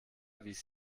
wies